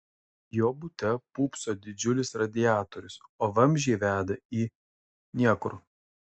jo bute pūpso didžiulis radiatorius o vamzdžiai veda į niekur